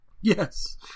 yes